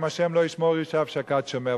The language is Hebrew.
אם ה' לא ישמור שווא שקד שומר.